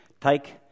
Take